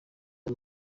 ari